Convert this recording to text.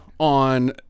on